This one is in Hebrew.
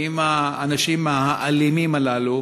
עם האנשים האלימים הללו,